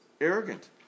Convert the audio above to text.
arrogant